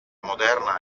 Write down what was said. moderna